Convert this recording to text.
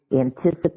anticipate